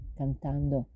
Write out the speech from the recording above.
cantando